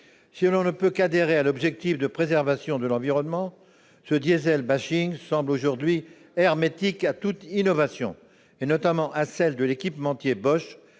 Si l'on ne peut qu'adhérer à l'objectif de préservation de l'environnement, ce « diesel » semble aujourd'hui hermétique à toute innovation, notamment à celle de l'équipementier Bosch